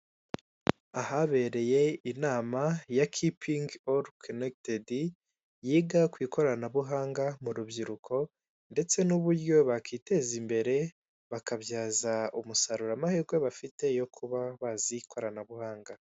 Ahabereye inama ya keeping all connected yiga ku ikoranabuhanga mu rubyiruko ndetse n'uburyo bakiteza imbere bakabyaza umusaruro amahirwe bafite yo kuba bazi ikoranabuhanga.